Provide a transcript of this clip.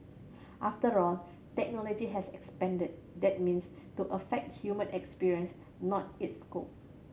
after all technology has expanded that means to affect human experience not its scope